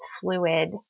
fluid